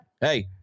hey